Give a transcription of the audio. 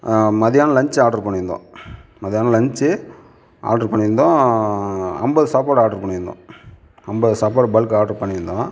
மத்தியானம் lunch order பண்ணியிருந்தோம் மத்தியானம் லன்ச் ஆடரு பண்ணியிருந்தோம் ஐம்பது சாப்பாடு ஆடரு பண்ணியிருந்தோம் ஐம்பது சாப்பாடு பல்க் ஆடரு பண்ணியிருந்தோம்